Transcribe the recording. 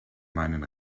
meinen